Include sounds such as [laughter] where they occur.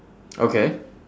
[noise] okay